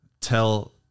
tell